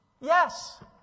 Yes